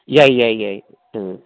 ꯌꯥꯏ ꯌꯥꯏ ꯌꯥꯏ ꯎꯝ